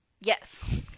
Yes